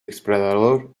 explorador